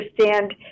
understand